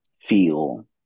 feel